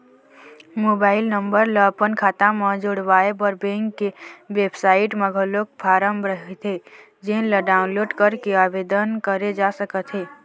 mobile number ल अपन खाता म जोड़वाए बर बेंक के बेबसाइट म घलोक फारम रहिथे जेन ल डाउनलोड करके आबेदन करे जा सकत हे